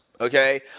okay